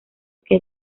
que